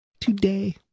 Today